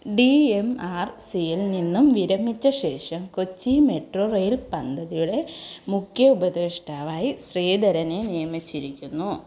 D M R C യിൽ നിന്നും വിരമിച്ച ശേഷം കൊച്ചി മെട്രോ റെയിൽ പദ്ധതിയുടെ മുഖ്യ ഉപദേഷ്ടാവായി ശ്രീധരനെ നിയമിച്ചിരിക്കുന്നു